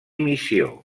missió